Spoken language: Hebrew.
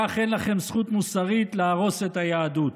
כך אין לכם זכות מוסרית להרוס את היהדות.